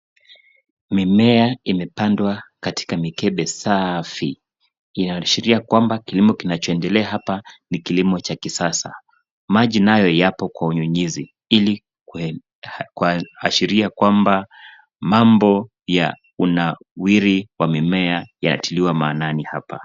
Mimea imepandwa katika mikebe safi. Inaashiria kwamba kilimo kinachoendelea hapa ni kilimo cha kisasa. Maji nayo yapo kwa unyunyuzi ili kuashiria kwamba mambo ya unawiri wa mimea yanatiliwa maanani hapa.